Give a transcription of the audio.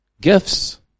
gifts